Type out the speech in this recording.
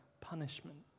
punishment